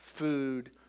Food